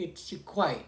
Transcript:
it's quite